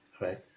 right